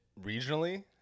regionally